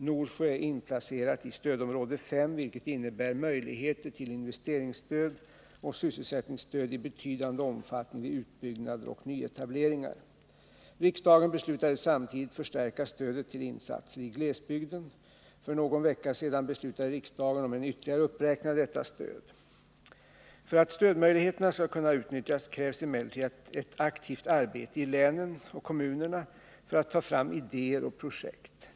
Norsjö är inplacerat i stödområde 5, vilket innebär möjligheter till investeringsstöd och sysselsättningsstöd i betydande omfattning vid utbyggnader och nyetableringar. Riksdagen beslutade samtidigt förstärka stödet till insatser i glesbygden. För någon vecka sedan beslutade riksdagen om en ytterligare uppräkning av detta stöd . För att stödmöjligheterna skall kunna utnyttjas krävs emellertid ett aktivt arbete i länen och kommunerna för att ta fram idéer och projekt.